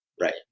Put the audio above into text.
Right